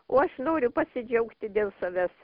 o aš noriu pasidžiaugti dėl savęs